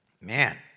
man